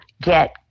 get